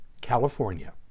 California